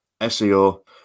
SEO